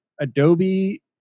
Adobe